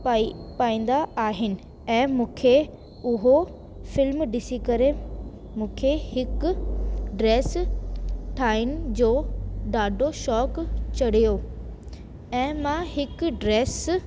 पा पाईंदा आहिनि ऐं मूंखे उहो फ़िल्म ॾिसी करे मूंखे हिकु ड्रेस ठाहिण जो ॾाढो शौक़ु चढ़ियो ऐं मां हिकु ड्रेस